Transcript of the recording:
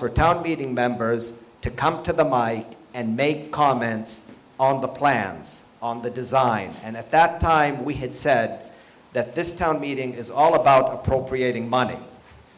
for town meeting members to come to the my and make comments on the plans on the design and at that time we had said that this town meeting is all about appropriating money